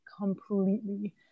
completely